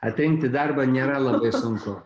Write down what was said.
atrinkti darbą nėra labai sunku